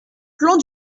plan